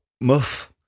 Muff